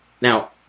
now